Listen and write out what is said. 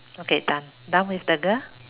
okay done done with the girl